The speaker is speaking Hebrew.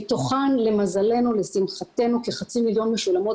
מתוכן למזלנו לשמחתנו כחצי מיליון משולמות